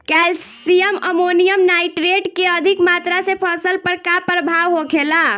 Calcium ammonium nitrate के अधिक मात्रा से फसल पर का प्रभाव होखेला?